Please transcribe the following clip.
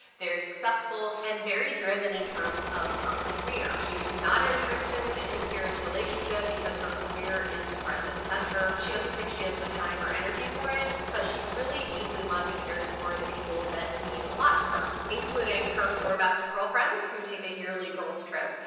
very successful, and very driven in terms of her career. she's not interested in a serious relationship because her career is front and center she doesn't think she has the time or energy for it but she really deeply loves and cares for the people that mean a lot to her. including her four best girlfriends who take a yearly girls trip,